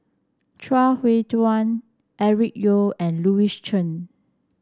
Chuang Hui Tsuan Eric Teo and Louis Chen